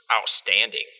outstanding